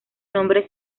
nombre